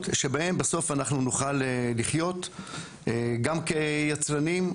שבהן בסוף אנחנו נוכל לחיות גם כיצרנים,